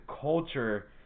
culture